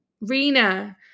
Rina